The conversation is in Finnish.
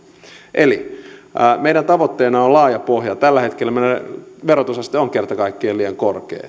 eli meidän tavoitteenamme on laaja pohja tällä hetkellä meidän verotusasteemme on kerta kaikkiaan liian korkea